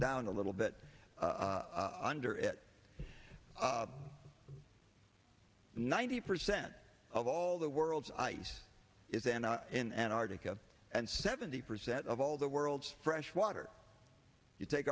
down a little bit under it ninety percent of all the world's ice is and in antarctica and seventy percent of all the world's freshwater you take